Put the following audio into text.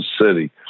City